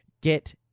get